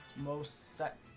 most set,